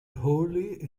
holly